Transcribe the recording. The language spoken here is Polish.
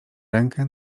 rękę